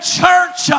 church